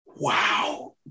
Wow